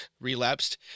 relapsed